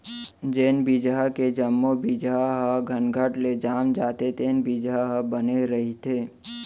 जेन बिजहा के जम्मो बीजा ह घनघन ले जाम जाथे तेन बिजहा ह बने रहिथे